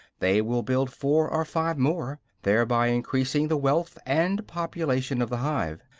they will build four or five more, thereby increasing the wealth and population of the hive.